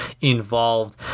involved